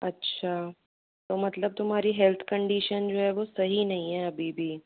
अच्छा तो मतलब तुम्हारी हेल्थ कंडीशन जो है वो सही नहीं है अभी भी